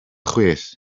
chwith